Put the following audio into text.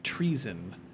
Treason